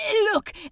Look